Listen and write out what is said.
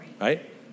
Right